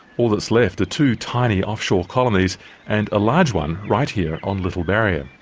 all that's left are two tiny off-shore colonies and a large one right here on little barrier.